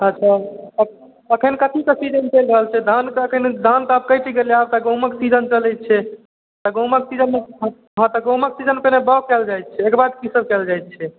अच्छा एखन कथीके सीजन चलि रहल छै धानके एखन धान तऽ आब कटि गेलै आब तऽ गहूमके सीजन चलै छै गहूमके सीजनमे हँ तऽ गहूमके सीजनमे पहिने बाउग कएल जाए छै ओहिके बाद किसब कएल जाए छै